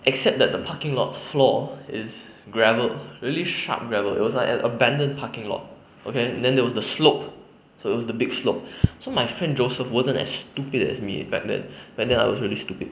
except that the parking lot floor is gravel really sharp gravel it was like abandoned parking lot okay then there was the slope so it was the big slope so my friend joseph wasn't as stupid as me back then back then I was really stupid